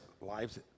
lives